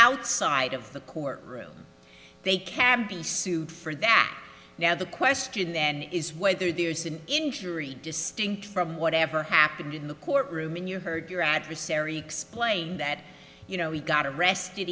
outside of the courtroom they can be sued for that now the question then is whether there's an injury distinct from whatever happened in the court room in your heard your adversary explain that you know he got arrested